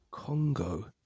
Congo